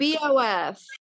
bof